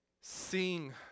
sing